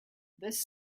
this